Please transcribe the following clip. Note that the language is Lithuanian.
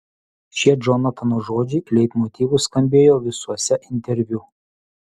šie džonatano žodžiai leitmotyvu skambėjo visuose interviu